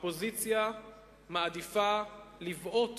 לבעוט